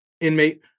inmate